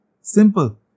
Simple